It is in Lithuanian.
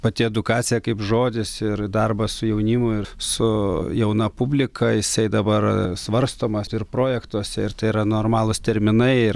pati edukacija kaip žodis ir darbas su jaunimu ir su jauna publika jisai dabar svarstomas ir projektuose ir tai yra normalūs terminai ir